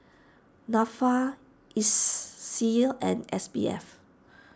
Nafa Iseas and S B F